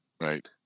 Right